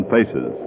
Faces